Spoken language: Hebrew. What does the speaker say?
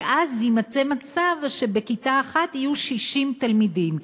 כי אז יימצא מצב שבכיתה אחת יהיו 60 תלמידים.